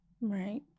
Right